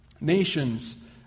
Nations